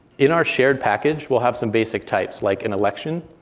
in our shared package, we'll have some basic types, like an election,